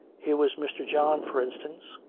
here was mr. john, for instance,